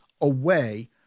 away